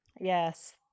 yes